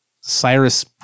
Cyrus